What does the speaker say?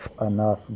enough